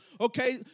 okay